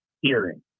hearing